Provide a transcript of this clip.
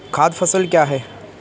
खाद्य फसल क्या है?